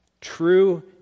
True